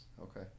Okay